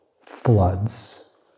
floods